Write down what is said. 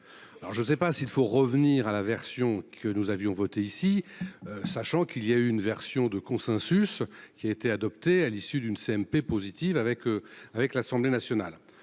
je ne sais pas s'il faut revenir à la version que nous avions voté ici sachant qu'il y a eu une version de consensus qui a été adoptée à l'issue d'une CMP positive avec avec l'Assemblée nationale,